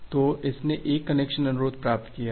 तो इसने एक कनेक्शन अनुरोध प्राप्त किया है